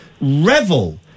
Revel